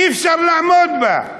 אי-אפשר לעמוד בה.